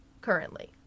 Currently